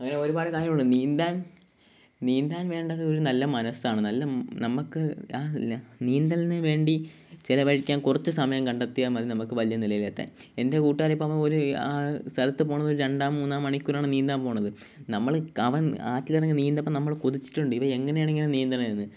അങ്ങനെ ഒരുപാട് കാര്യങ്ങളുണ്ട് നീന്താൻ നീന്താൻ വേണ്ടത് ഒരു നല്ല മനസ്സാണ് നല്ല നമുക്ക് ആ അല്ല നീന്തലിനുവേണ്ടി ചെലവഴിക്കാൻ കുറച്ച് സമയം കണ്ടെത്തിയാല് മതി നമുക്ക് വലിയ നിലയിലെത്താൻ എൻ്റെ കൂട്ടുകാരൻ ഇപ്പോള് അവൻ ഒരു ആ സ്ഥലത്ത് പോകുന്നത് ഒരു രണ്ടോ മൂന്നോ മണിക്കൂറാണ് നീന്താൻ പോകുന്നത് നമ്മള് കമന്ന് ആറ്റിലിറങ്ങി നീന്തുന്ന നമ്മൾ കൊതിച്ചിട്ടുണ്ട് ഇവൻ എങ്ങനെയാണ് ഇങ്ങനെ നീന്തുന്നത് എന്ന്